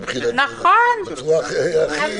מבחינתי זה בצורה הכי --- נכון,